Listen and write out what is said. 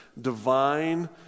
divine